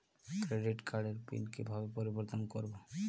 Credit কার্ডের pin কিভাবে পরিবর্তন করবো?